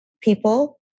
people